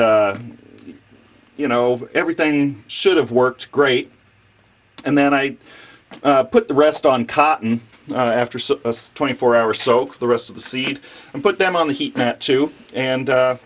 you know everything should have worked great and then i put the rest on cotton after twenty four hours so the rest of the seed and put them on the heat that too and